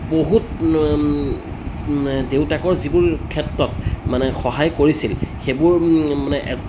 বহুত দেউতাকৰ যিবোৰ ক্ষেত্ৰত মানে সহায় কৰিছিল সেইবোৰ মানে